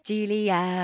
Julia